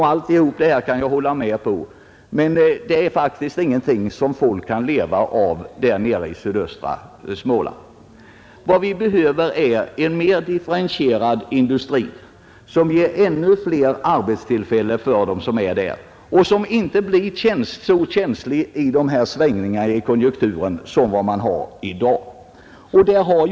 Jag kan hålla med honom, men det är faktiskt ingenting som folk kan leva av där nere i sydöstra Småland. Vad vi behöver är en mera differentierad industri, som ger ännu flera arbetstillfällen för de där boende och som inte är så känslig för svängningar i konjunkturen som den industri man i dag har.